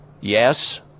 Yes